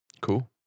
Cool